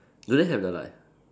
do they have the like